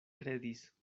kredis